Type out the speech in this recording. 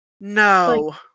no